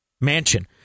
mansion